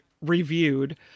reviewed